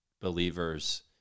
believers